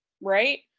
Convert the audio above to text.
Right